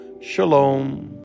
Shalom